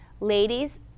Ladies